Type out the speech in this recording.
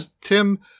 Tim